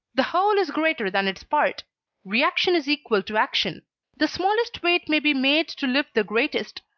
the whole is greater than its part reaction is equal to action the smallest weight may be made to lift the greatest,